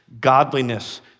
godliness